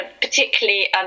particularly